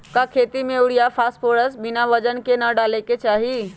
का खेती में यूरिया फास्फोरस बिना वजन के न डाले के चाहि?